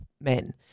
men